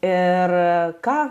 ir ką